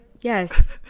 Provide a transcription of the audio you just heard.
Yes